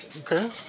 Okay